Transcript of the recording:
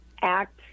act